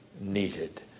needed